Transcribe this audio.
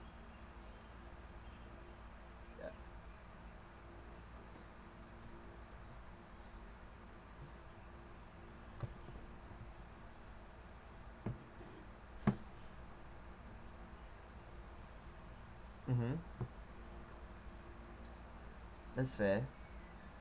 mmhmm that's fair